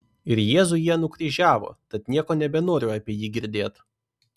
ir jėzų jie nukryžiavo tad nieko nebenoriu apie jį girdėt